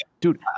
Dude